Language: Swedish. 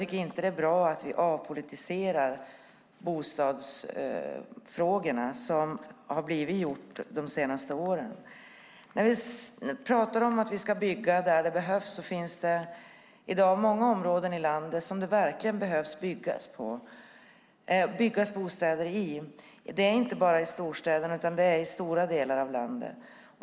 Det är inte bra att vi avpolitiserar bostadsfrågorna så som skett under de senaste åren. Vi talar om att bygga där det behövs. I dag finns det många områden i landet där det verkligen behöver byggas bostäder. Det gäller inte bara storstäderna utan stora delar av landet.